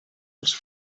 als